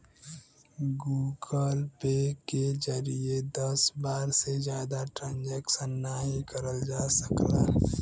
Google Pay के जरिए दस बार से जादा ट्रांजैक्शन नाहीं करल जा सकला